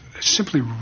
simply